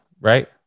Right